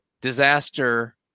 disaster